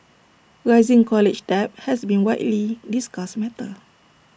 rising college debt has been A widely discussed matter